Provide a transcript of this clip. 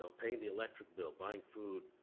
so paying the electric bill, buying food,